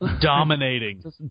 Dominating